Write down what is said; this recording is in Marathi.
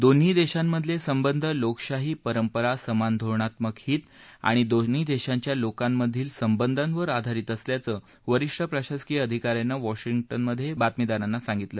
दोन्ही देशामधले संबध लोकशाही परंपरा समान धोरणात्मक हित आणि दोन्ही देशांच्या लोकांमधिल संबंधांवर आधारित असल्याचं वरिष्ठ प्रशासकिय अधिकाऱ्यानं वॉशिग्टनमध्ये बातमीदाराना सांगितलं